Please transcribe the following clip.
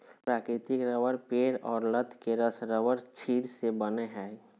प्राकृतिक रबर पेड़ और लत के रस रबरक्षीर से बनय हइ